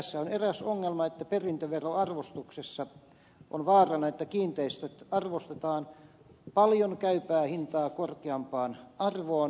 tässä on eräs ongelma perintöveroarvostuksessa on nimittäin vaarana että kiinteistöt arvostetaan paljon käypää hintaa korkeampaan arvoon laskennallisin perustein